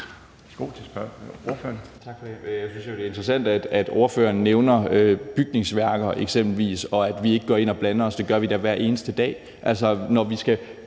Tak for det. Jeg synes, det er interessant, at spørgeren nævner bygningsværker eksempelvis, og at vi ikke går ind og blander os. Det gør vi da hver eneste dag.